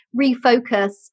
refocus